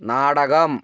നാടകം